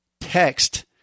text